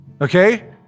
Okay